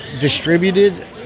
distributed